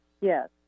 Yes